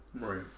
right